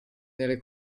nelle